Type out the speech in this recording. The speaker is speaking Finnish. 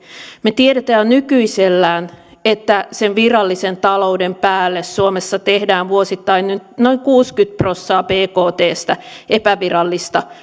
me tiedämme jo nykyisellään että sen virallisen talouden päälle suomessa tehdään vuosittain noin kuusikymmentä prossaa bktsta epävirallista